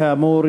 כאמור,